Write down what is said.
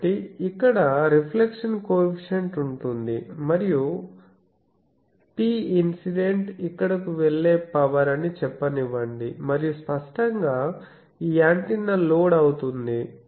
కాబట్టి ఇక్కడ reflection coefficient ఉంటుంది మరియు Pincident ఇక్కడకు వెళ్లే పవర్ అని చెప్పనివ్వండి మరియు స్పష్టంగా ఈ యాంటెన్నా లోడ్ అవుతుంది